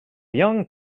young